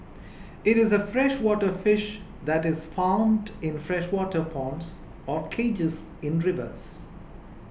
it is a freshwater fish that is farmed in freshwater ponds or cages in rivers